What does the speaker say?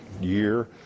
year